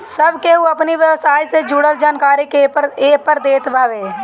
सब केहू अपनी व्यवसाय से जुड़ल जानकारी के एपर देत हवे